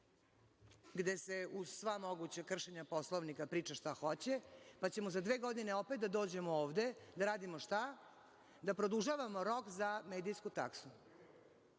gde se uz sva moguća kršenja Poslovnika priča šta hoće, pa ćemo za dve godine opet da dođemo ovde, da radimo šta? Da produžavamo rok za medijsku taksu,